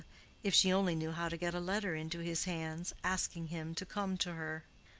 if she only knew how to get a letter into his hands, asking him to come to her.